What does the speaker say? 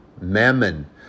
Mammon